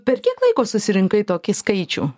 per kiek laiko susirinkai tokį skaičių